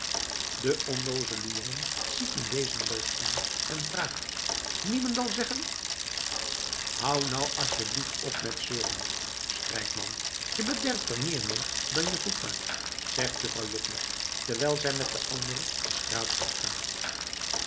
de onnoozele jongen ziet hem wezenloos aan en vraagt niemendal zeggen hou nou asjeblieft op met zeuren strijkman je bederft er meer mee dan je goedmaakt zegt vrouw juttner terwijl zij met de anderen de straat opgaat